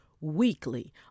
weekly